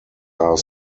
are